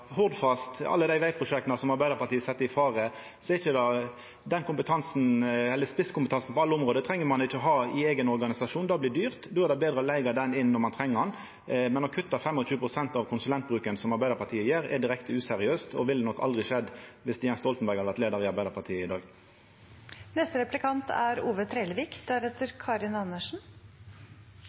Hordfast og alle dei vegprosjekta som Arbeidarpartiet set i fare. Ein treng ikkje å ha den spisskompetansen på alle område i eigen organisasjon. Det blir dyrt. Då er det betre å leiga han inn når ein treng han. Men å kutta 25 pst. i konsulentbruken, som Arbeidarpartiet gjer, er direkte useriøst og ville nok aldri skjedd om Jens Stoltenberg hadde vore leiar i Arbeidarpartiet i dag.